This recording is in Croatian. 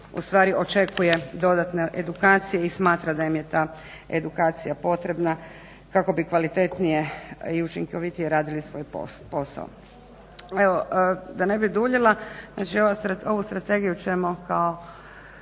zapravo očekuje dodatne edukacije i smatra da im je ta edukacija potrebna kako bi kvalitetnije i učinkovitije radili svoj posao. Evo da ne bih duljila, znači ovu strategiju ćemo kao